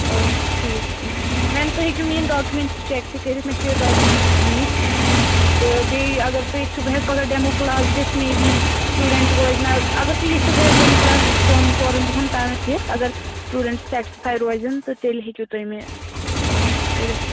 آ ٹھیٖک ٹھیٖک مَیٚم تُہۍ ہیٚکِو میٛٲنۍ ڈاکومٮ۪نٹٕس چیٚک تہِ کٔرِتھ مےٚ چھِ یہِ ڈاکومٮ۪نٹٕس أنۍمٕتۍ تہٕ بیٚیہِ اگر تُہۍ ییٚژھِو بہٕ ہیٚکہٕ پگاہ ڈیمو کٕلاس دِتھ مے بی سٹوٗڈنٛٹ روزِ نا اگر تُہۍ ییٚژھِو بہٕ ہیٚکہٕ ڈیمو کٕلاس دۄن ژورَن دۄہَن تام دِتھ اگر سٹوٗڈنٛٹ سیٹٕسفے روزن تہٕ تیٚلہِ ہیٚکِو تُہۍ مےٚ کٔرِتھ